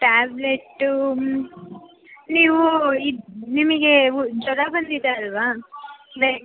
tablet ನೀವು ಇದು ನಿಮಗೆ ಜ್ವರ ಬಂದಿದೆ ಅಲ್ಲವಾ ವೇಟ್